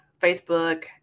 Facebook